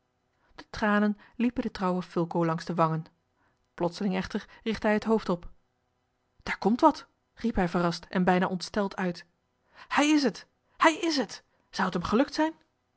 de tranen liepen den trouwen fulco langs de wangen plotseling echter richtte hij het hoofd op daar komt wat riep hij verrast en bijna ontsteld uit hij is het hij is het zou het hem gelukt zijn